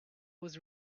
was